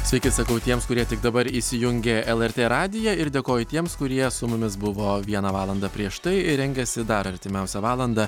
sveiki sakau tiems kurie tik dabar įsijungė lrt radiją ir dėkoju tiems kurie su mumis buvo vieną valandą prieš tai ir rengiasi dar artimiausią valandą